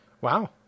Wow